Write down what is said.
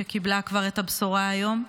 שקיבלה כבר את הבשורה היום,